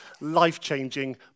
life-changing